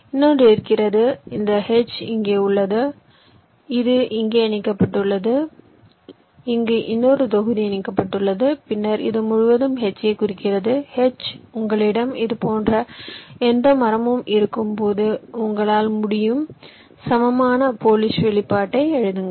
இன்னொன்று இருக்கிறது இந்த H இங்கே உள்ளது இது இங்கே இணைக்கப்பட்டுள்ளது இங்கு இன்னொரு தொகுதி இணைக்கப்பட்டுள்ளது பின்னர் இது முழுவதையும் H குறிக்கிறது H உங்களிடம் இது போன்ற எந்த மரமும் இருக்கும்போது உங்களால் முடியும் சமமான போலிஷ் வெளிப்பாட்டை எழுதுங்கள்